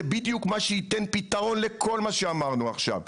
זה בדיוק מה שייתן פתרון לכל מה שאמרנו עכשיו.